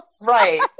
Right